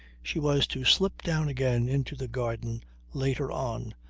she was to slip down again into the garden later on,